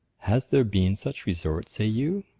has there been such resort, say you?